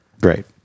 Great